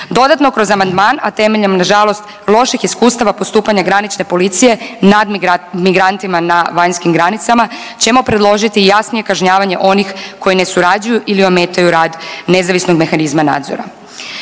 Dodano, kroz amandman, a temeljem nažalost loših iskustava postupanja granične policije nad migrantima na vanjskim granicama ćemo predložiti jasnije kažnjavanje onih koji ne surađuju ili ometaju rad nezavisnog mehanizma nadzora.